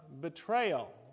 betrayal